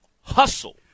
hustle